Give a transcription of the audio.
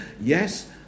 Yes